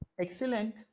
excellent